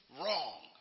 wrong